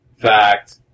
fact